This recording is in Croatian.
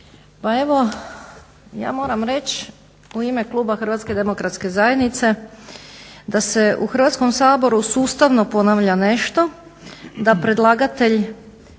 Pa evo ja moram reći u ime kluba HDZ-a da se u Hrvatskom saboru sustavno ponavlja nešto da predlagatelj